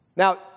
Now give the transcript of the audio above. Now